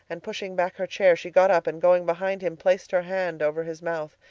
and pushing back her chair she got up, and going behind him placed her hand over his mouth.